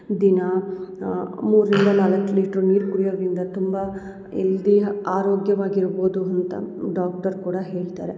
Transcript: ದಿನ ಮೂರರಿಂದ ನಾಲ್ಕು ಲೀಟ್ರು ನೀರು ಕುಡಿಯೋದರಿಂದ ತುಂಬ ಎಲ್ದಿ ಆರೋಗ್ಯವಾಗಿರ್ಬೋದು ಅಂತ ಡಾಕ್ಟರ್ ಕೂಡ ಹೇಳ್ತಾರೆ